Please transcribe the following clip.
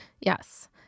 Yes